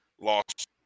lost